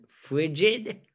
frigid